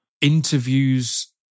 interviews